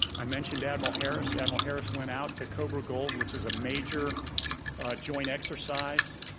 i mentioned admiral harris, admiral harris went out to cobra gold, which is a major joint exercise,